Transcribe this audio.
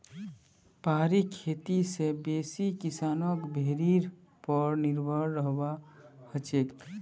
पहाड़ी खेती स बेसी किसानक भेड़ीर पर निर्भर रहबा हछेक